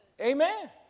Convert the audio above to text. Amen